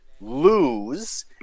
lose